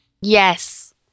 Yes